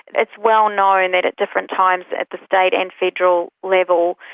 it's well-known that at different times at the state and federal level,